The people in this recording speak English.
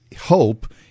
Hope